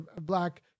black